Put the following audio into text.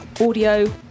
audio